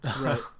Right